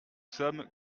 sommes